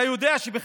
למה